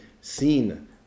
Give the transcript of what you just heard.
seen